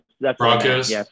Broncos